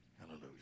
Hallelujah